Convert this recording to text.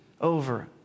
over